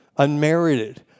unmerited